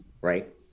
right